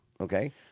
Okay